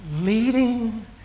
leading